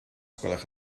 gwelwch